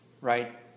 right